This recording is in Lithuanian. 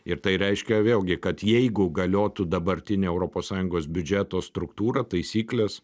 ir tai reiškia vėlgi kad jeigu galiotų dabartinė europos sąjungos biudžeto struktūra taisyklės